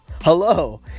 Hello